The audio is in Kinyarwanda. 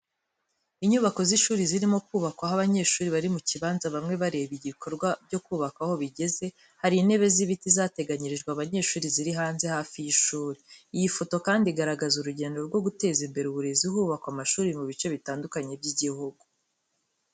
Inyubako z'ishuri zirimo kubakwa, aho abanyeshuri bari mu kibanza bamwe bareba ibikorwa byo kubaka aho bigeze. Hari intebe z'ibiti zateganyirijwe abanyeshuri ziri hanze hafi y'ishuri. Iyi foto kandi igaragaza urugendo rwo guteza imbere uburezi hubakwa amashuri mu bice bitandukanye by'igihugu.